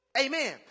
Amen